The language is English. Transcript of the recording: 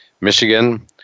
Michigan